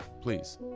Please